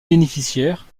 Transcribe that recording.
bénéficiaire